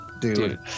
dude